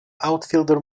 outfielder